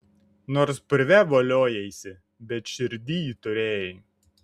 nors purve voliojaisi bet širdyj turėjai